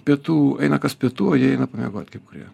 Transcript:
pietų eina kas pietų o jie eina pamiegot kaip kurie